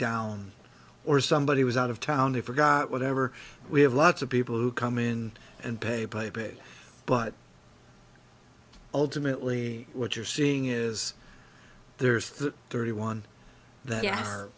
down or somebody was out of town they forgot whatever we have lots of people who come in and pay by a bit but ultimately what you're seeing is there's that thirty one that